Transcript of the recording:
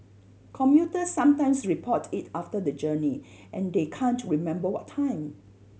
commuters sometimes report it after the journey and they can't remember what time